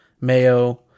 Mayo